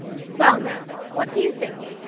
well, now, what do you think?